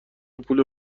پول